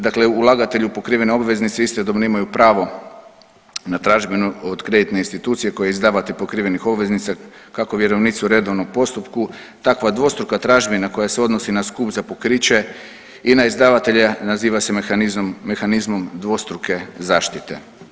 Dakle, ulagatelji u pokrivene obveznice istodobno imaju pravo na tražbinu od kreditne institucije koja je izdavatelj pokrivenih obveznica kako vjerovnici u redovnom postupku takva dvostruka tražbina koja se odnosi na skup za pokriće i na izdavatelje naziva se mehanizmom, mehanizmom dvostruke zaštite.